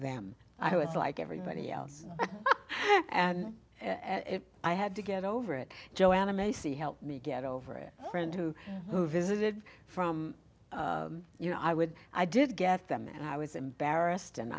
them i was like everybody else and as i had to get over it joanna macy helped me get over a friend who visited from you know i would i did get them and i was embarrassed and